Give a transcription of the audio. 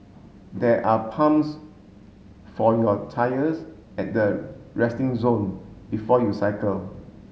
there are pumps for your tyres at the resting zone before you cycle